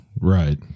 right